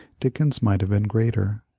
dickens might have been greater.